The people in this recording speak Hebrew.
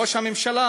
ראש הממשלה